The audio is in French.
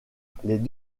les